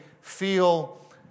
feel